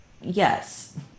yes